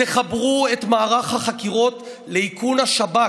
תחברו את מערך החקירות לאיכון השב"כ.